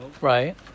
Right